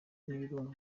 n’ibirunga